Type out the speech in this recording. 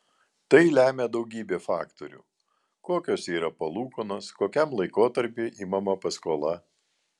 tai lemia daugybė faktorių kokios yra palūkanos kokiam laikotarpiui imama paskola